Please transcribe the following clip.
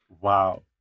Wow